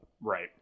right